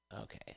Okay